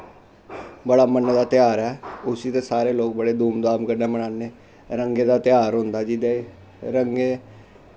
बड़ा मन्ने दा तेहार ऐ उस्सी ते सारे लोग बड़े धूमधाम कन्नै मनांदे रंगें दा तेहार होंदा जेह्दे च रंगें